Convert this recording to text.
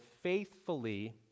faithfully